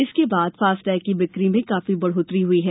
इसके बाद फास्टैग की बिक्री में काफी बढ़ोत्तरी हुई है